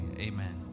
Amen